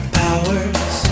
powers